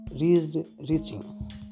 reaching